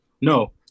No